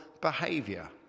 behaviour